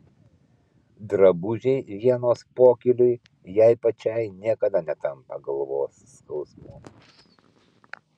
drabužiai vienos pokyliui jai pačiai niekada netampa galvos skausmu